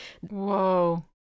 Whoa